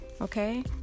Okay